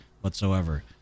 whatsoever